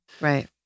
right